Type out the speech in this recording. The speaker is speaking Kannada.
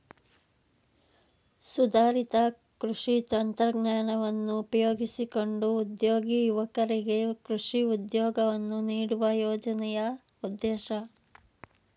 ಸುಧಾರಿತ ಕೃಷಿ ತಂತ್ರಜ್ಞಾನವನ್ನು ಉಪಯೋಗಿಸಿಕೊಂಡು ನಿರುದ್ಯೋಗಿ ಯುವಕರಿಗೆ ಕೃಷಿ ಉದ್ಯೋಗವನ್ನು ನೀಡುವುದು ಯೋಜನೆಯ ಉದ್ದೇಶ